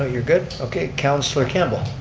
ah you're good. okay, councilor campbell.